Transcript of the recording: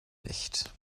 nicht